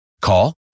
Call